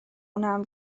اونم